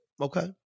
Okay